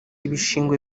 ibishingwe